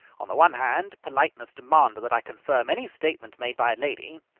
on the one hand, politeness demanded that i confirm any statement made by a lady.